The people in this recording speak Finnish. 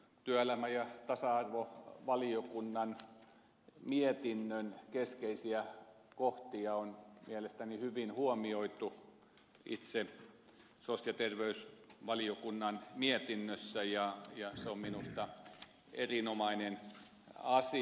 työelämä ja tasa arvovaliokunnan lausunnon keskeisiä kohtia on mielestäni hyvin huomioitu itse sosiaali ja terveysvaliokunnan mietinnössä ja se on minusta erinomainen asia